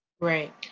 right